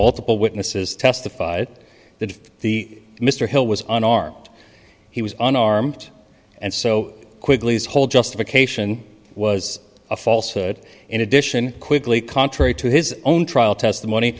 multiple witnesses testified that the mr hill was unarmed he was unarmed and so quickly as whole justification was a falsehood in addition quickly contrary to his own trial testimony